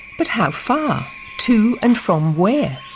but how far? to and from where?